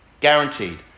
guaranteed